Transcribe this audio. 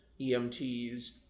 EMTs